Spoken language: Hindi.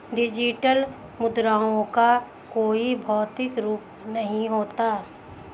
डिजिटल मुद्राओं का कोई भौतिक रूप नहीं होता